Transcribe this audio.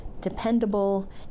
dependable